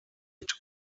mit